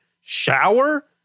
Shower